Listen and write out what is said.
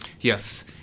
Yes